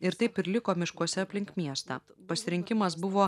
ir taip ir liko miškuose aplink miestą pasirinkimas buvo